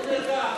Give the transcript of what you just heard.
הוא נרגע עכשיו,